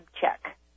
check